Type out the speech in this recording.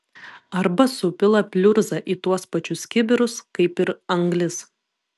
arba supila pliurzą į tuos pačius kibirus kaip ir anglis